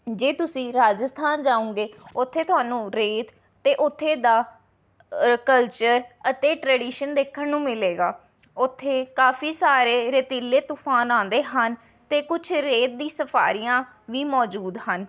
ਜੇ ਤੁਸੀਂ ਰਾਜਸਥਾਨ ਜਾਉਂਗੇ ਉੱਥੇ ਤੁਹਾਨੂੰ ਰੇਤ ਅਤੇ ਉੱਥੇ ਦਾ ਕਲਚਰ ਅਤੇ ਟਰੈਡੀਸ਼ਨ ਦੇਖਣ ਨੂੰ ਮਿਲੇਗਾ ਉੱਥੇ ਕਾਫੀ ਸਾਰੇ ਰੇਤੀਲੇ ਤੂਫ਼ਾਨ ਆਉਂਦੇ ਹਨ ਅਤੇ ਕੁਛ ਰੇਤ ਦੀ ਸਫਾਰੀਆਂ ਵੀ ਮੌਜੂਦ ਹਨ